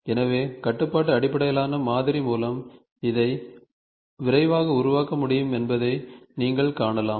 எனவே கட்டுப்பாட்டு அடிப்படையிலான மாதிரி மூலம் இதை விரைவாக உருவாக்க முடியும் என்பதை நீங்கள் காணலாம்